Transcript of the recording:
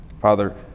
Father